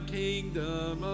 kingdom